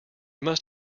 must